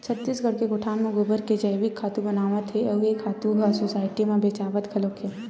छत्तीसगढ़ के गोठान म गोबर के जइविक खातू बनावत हे अउ ए खातू ह सुसायटी म बेचावत घलोक हे